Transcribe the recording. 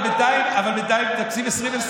אבל בינתיים להעביר את תקציב 2020,